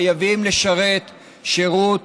חייבים לשרת שירות